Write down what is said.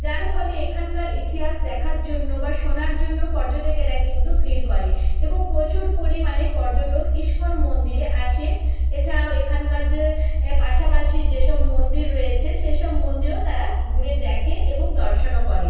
যার ফলে এখানকার ইতিহাস দেখার জন্য বা শোনার জন্য পর্যটকেরা কিন্তু ভিড় করে এবং পরিমাণে পর্যটক ইস্কন মন্দিরে আসে এছাড়াও এখানকার যে পাশাপাশি যেসব মন্দির রয়েছে সেসব মন্দিরও তারা ঘুরে দেখে এবং দর্শনও করে